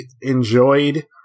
enjoyed